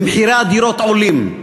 ומחירי הדירות עולים.